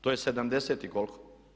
To je 70 i koliko?